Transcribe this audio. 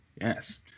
yes